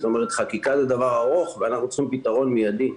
חקיקה היא דבר ארוך ואנחנו צריכים פתרון מידי.